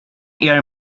air